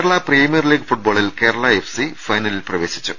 Kerala premier league ഫുട്ബോളിൽ Kerala F C ഫൈന ലിൽ പ്രവേശിച്ചു